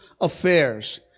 affairs